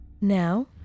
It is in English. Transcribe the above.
now